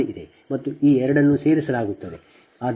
1 ಇದೆ ಮತ್ತು ಈ ಎರಡನ್ನು ಸೇರಿಸಲಾಗುತ್ತದೆ